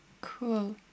Cool